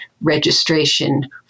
registration